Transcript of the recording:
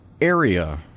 area